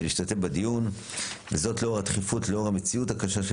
להשתתף בדיון - וזאת לאור הדחיפות ולאור המציאות הקשה של